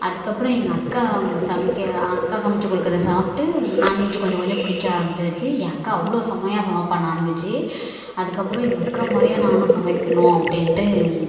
அதுக்கப்புறம் எங்கள் அக்கா சமைக்க அக்கா சமைத்து கொடுக்கறத சாப்பிட்டு நாண்வெஜ்ஜு கொஞ்சம் கொஞ்சம் பிடிக்க ஆரமிச்சிருச்சு என் அக்கா அவ்வளோ செம்மையா சமைப்பாள் நாண்வெஜ்ஜு அதுக்கப்புறம் எங்கள் அக்கா மாதிரியே நானும் சமைக்கணும் அப்படின்ட்டு